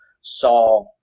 saw